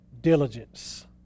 diligence